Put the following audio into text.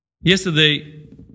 Yesterday